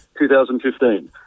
2015